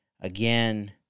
again